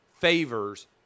favors